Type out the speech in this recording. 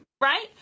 right